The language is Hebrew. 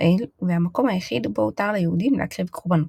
האל והמקום היחיד בו הותר ליהודים להקריב קורבנות,